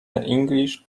english